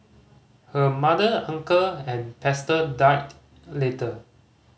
her mother uncle and pastor died later